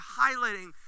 highlighting